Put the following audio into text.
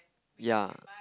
ya